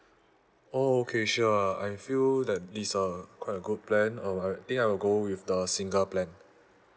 oh okay sure I feel that this are quite a good plan um I think I'll go with the single plan